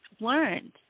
learned